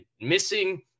missing